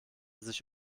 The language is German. sich